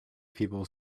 people